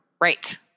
Right